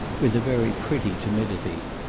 with a very pretty timidity.